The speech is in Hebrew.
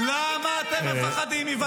למה היא לא טובה?